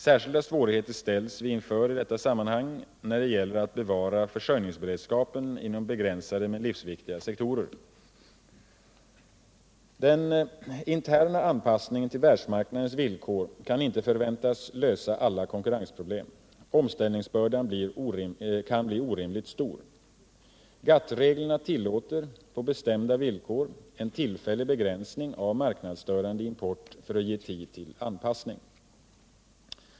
Särskilda svårigheter ställs vi inför i detta sammanhang när det gäller att bevara försörjningsberedskapen inom begränsade men livsviktiga sektorer. Den interna anpassningen till världsmarknadens villkor kan inte väntas lösa alla konkurrensproblem. Omställningsbördan kan bli orimligt stor. GATT-reglerna tillåter på bestämda villkor en tillfällig begränsning av marknadsstörande import för att ge tid till anpassning.